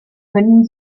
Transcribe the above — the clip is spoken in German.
können